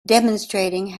demonstrating